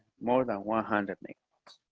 more than one hundred megawatts.